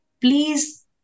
please